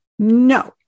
No